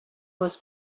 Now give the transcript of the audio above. was